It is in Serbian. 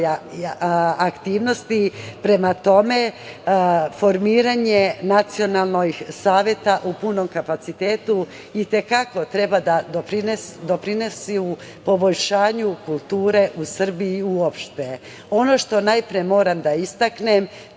aktivnosti. Prema tome, formiranje Nacionalnog saveta u punom kapacitetu i te kako treba da doprinese poboljšanju kulture u Srbiji uopšte. Ono što najpre moram da istaknem,